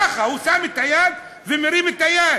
ככה, הוא שם את היד ומרים את היד,